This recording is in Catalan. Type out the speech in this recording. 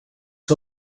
que